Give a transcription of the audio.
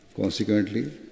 Consequently